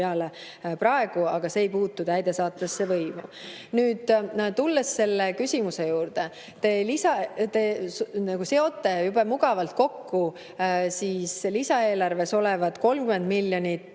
praegu, see ei puutu täidesaatvasse võimu. Nüüd, tulles selle küsimuse juurde: te seote jube mugavalt kokku lisaeelarves olevad 30 miljonit